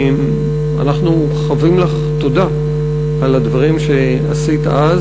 אנחנו חבים לך תודה על הדברים שעשית אז